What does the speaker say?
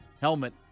helmet